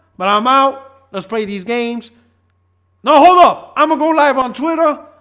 but i'm out. let's play these games now hold up. i'ma go live on twitter.